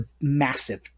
massive